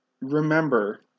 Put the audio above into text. remember